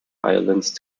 violence